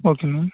okay ma'am